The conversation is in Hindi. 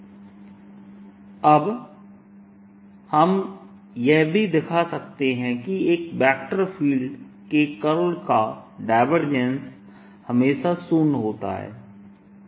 E0 E V B0 अब हम यह भी दिखा सकते हैं कि एक वेक्टर फील्ड के कर्ल का डायवर्जेंस हमेशा शून्य होता है